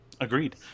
Agreed